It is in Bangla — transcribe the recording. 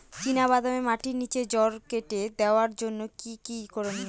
চিনা বাদামে মাটির নিচে জড় কেটে দেওয়ার জন্য কি কী করনীয়?